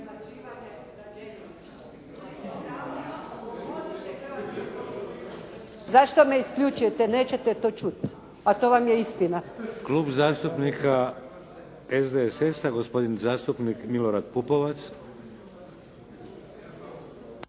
Zašto me isključujete, nećete to čuti, a to vam je istina. **Šeks, Vladimir (HDZ)** Klub zastupnika SDSS-a, gospodin zastupnik Milorad Pupovac.